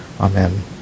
Amen